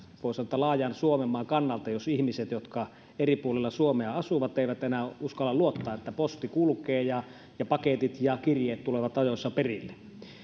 voi sanoa laajan suomenmaan kannalta jos ihmiset jotka eri puolilla suomea asuvat eivät enää uskalla luottaa siihen että posti kulkee ja ja paketit ja kirjeet tulevat ajoissa perille